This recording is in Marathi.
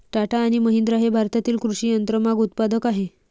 टाटा आणि महिंद्रा हे भारतातील कृषी यंत्रमाग उत्पादक आहेत